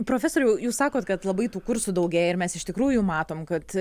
profesoriau jūs sakot kad labai tų kursų daugėja ir mes iš tikrųjų matom kad